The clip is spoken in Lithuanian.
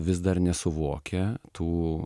vis dar nesuvokia tų